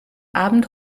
abend